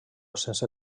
sense